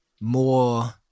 more